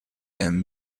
and